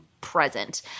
present